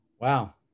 Wow